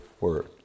Word